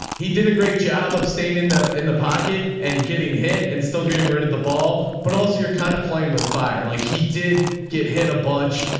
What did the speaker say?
he did a great job of staying in the, in the pocket and getting hit and still getting rid of the ball. but also you're kind of playing with fire. like he did get hit a bunch,